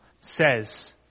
says